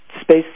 space